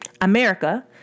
America